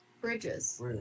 bridges